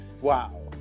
Wow